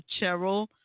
Cheryl